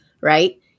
right